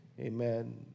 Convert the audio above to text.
Amen